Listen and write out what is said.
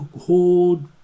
hold